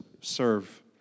serve